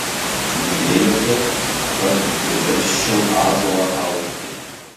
norėjote kad priversčiau ąžuolą augti